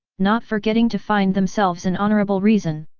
not forgetting to find themselves an honorable reason.